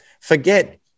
Forget